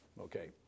Okay